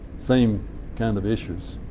same kind of issues.